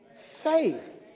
faith